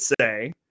say